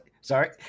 sorry